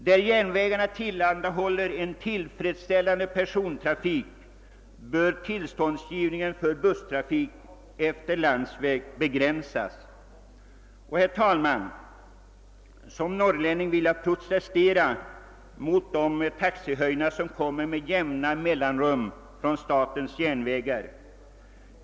Där järnvägarna tillhandahåller en tillfredsställande persontrafik bör tillståndsgivningen för busstrafik efter landsväg begränsas. Herr talman! Som norrlänning vill jag protestera mot de taxehöjningar vid statens järnvägar som kommer med jämna mellanrum.